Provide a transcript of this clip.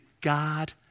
God